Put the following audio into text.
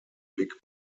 big